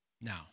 Now